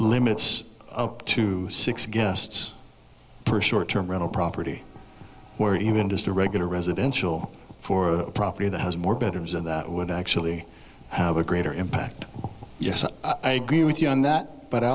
limits up to six guests for short term rental property or even just a regular residential for a property that has more betters and that would actually have a greater impact yes i agree with you on that but i